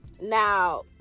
Now